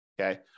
Okay